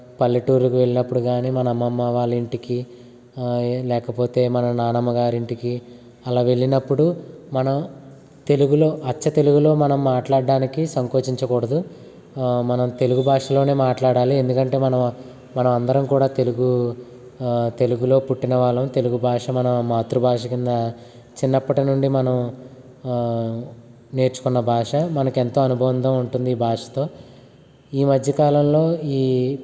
పల్లెటూరికి వెళ్ళినప్పుడు కాని మన అమ్మమ్మ వాళ్ళ ఇంటికి లేకపోతే మన నానమ్మ గారింటికి అలా వెళ్ళినప్పుడు మనం తెలుగులో అచ్చ తెలుగులో మనం మాట్లాడడానికి సంకోచించకూడదు మనం తెలుగు భాషలోనే మాట్లాడాలి ఎందుకంటే మనం మనం అందరం కూడా తెలుగు తెలుగులో పుట్టిన వాళ్ళం తెలుగు భాష మన మాతృభాష కింద చిన్నప్పటి నుండి మనం నేర్చుకున్న భాష మనకు ఎంతో అనుబంధం ఉంటుంది ఈ భాషతో ఈ మధ్యకాలంలో ఈ